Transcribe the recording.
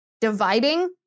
Dividing